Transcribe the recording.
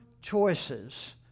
choices